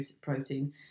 protein